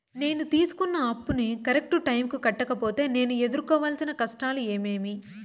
నేను తీసుకున్న అప్పును కరెక్టు టైముకి కట్టకపోతే నేను ఎదురుకోవాల్సిన కష్టాలు ఏమీమి?